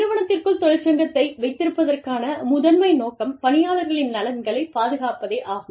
நிறுவனத்திற்குள் தொழிற்சங்கத்தை வைத்திருப்பதற்கான முதன்மை நோக்கம் பணியாளர்களின் நலன்களை பாதுகாப்பதே ஆகும்